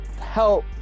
help